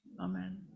Amen